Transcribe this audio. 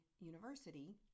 university